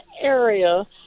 area